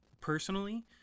personally